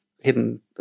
hidden